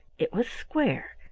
it was square,